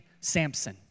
Samson